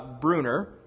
Bruner